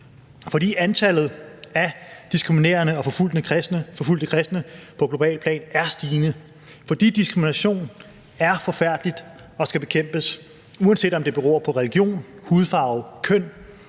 fordi antallet af diskriminerede og forfulgte kristne på globalt plan er stigende, og fordi diskrimination er forfærdeligt og skal bekæmpes, uanset om det beror på religion, hudfarve, køn,